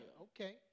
Okay